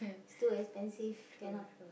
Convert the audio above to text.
is too expensive cannot